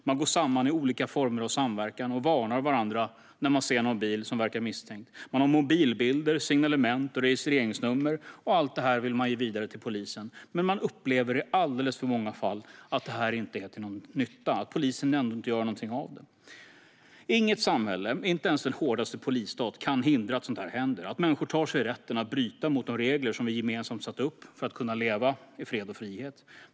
Man går samman i olika former av samverkan och varnar varandra när man ser någon bil som verkar misstänkt. Man har mobilbilder, signalement och registreringsnummer, och allt detta vill man ge vidare till polisen. Men man upplever i alldeles för många fall att det inte är till någon nytta, att polisen ändå inte gör någonting av det. Inget samhälle - inte ens den hårdaste polisstat - kan hindra att sådant här händer, att människor tar sig rätten att bryta mot de regler som vi gemensamt satt upp för att kunna leva i fred och frihet.